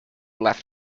left